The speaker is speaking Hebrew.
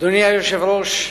אדוני היושב-ראש,